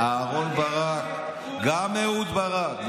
אהרן ברק, גם אהוד ברק.